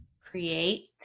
create